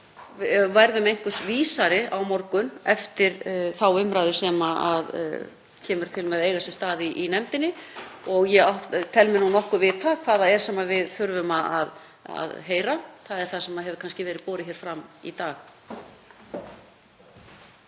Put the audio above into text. við verðum einhvers vísari á morgun eftir þá umræðu sem kemur til með að verða í nefndinni og ég tel mig nú nokkuð vita hvað það er sem við þurfum að heyra. Það er það sem hefur kannski verið borið hér fram í dag.